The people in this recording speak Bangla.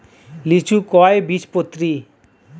লিচু কয় বীজপত্রী?